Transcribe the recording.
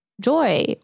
joy